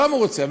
לא מרוצה.